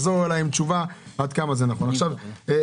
הרב גפני, תעזור לי, איך קוראים לו?